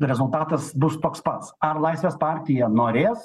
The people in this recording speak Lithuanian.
rezultatas bus toks pats ar laisvės partija norės